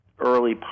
early